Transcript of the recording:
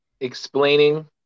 explaining